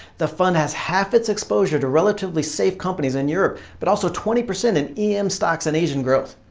the fund has half its exposure to relatively safe companies in europe but also twenty percent in em stocks and asian growth.